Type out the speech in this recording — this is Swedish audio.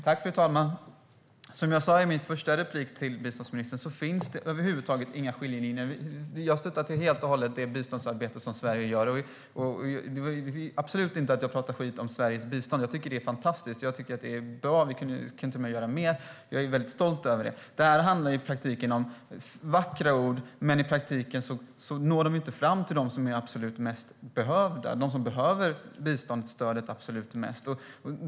Fru talman! Som jag sa i mitt första inlägg finns det över huvud taget inga skiljelinjer. Jag stöder helt och hållet det biståndsarbete som Sverige gör. Jag pratar absolut inte skit om Sveriges bistånd. Jag tycker att det är fantastiskt och att vi till och med kan göra mer. Jag är väldigt stolt över Sveriges biståndsarbete. Det här handlar om vackra ord, men i praktiken når de inte fram till dem som mest behöver bistånd.